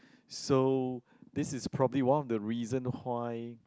so this is probably one of the reason why